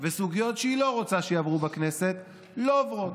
וסוגיות שהיא לא רוצה שיעברו בכנסת לא עוברות,